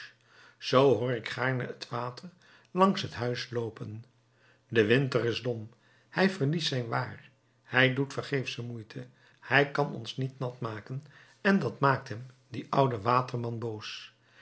zoo hoor ik gaarne het water langs het huis loopen de winter is dom hij verliest zijn waar hij doet vergeefsche moeite hij kan ons niet nat maken en dat maakt hem dien ouden